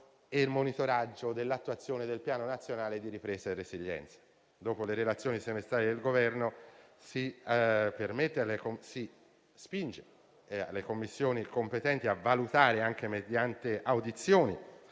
e monitoraggio dell'attuazione del Piano nazionale di ripresa e resilienza. Dopo le relazioni semestrali del Governo, si sollecitano le Commissioni competenti a valutare, anche mediante audizioni